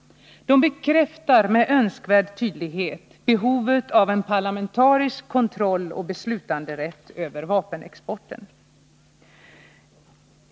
De bekräftar med önskvärd tydlighet behovet av en parlamentarisk kontroll och beslutanderätt över vapenexporten.